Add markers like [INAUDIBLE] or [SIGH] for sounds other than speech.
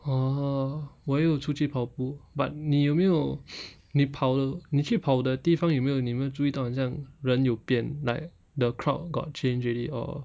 orh 我也有出去跑步 but 你有没有 [NOISE] 你跑了你去跑的地方有没有你有没有注意到很像人有变 like night the crowd got change already or